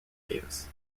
davis